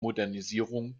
modernisierung